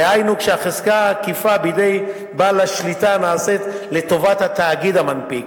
דהיינו כשההחזקה העקיפה בידי בעל השליטה נעשית לטובת התאגיד המנפיק.